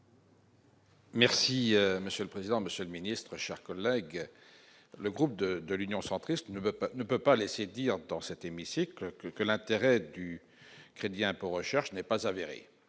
monsieur le président, monsieur le ministre, chers collègues, le groupe de de l'Union centriste ne peut pas ne peut pas laisser dire dans cet hémicycle que l'intérêt du crédit impôt recherche n'est pas avéré